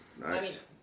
Nice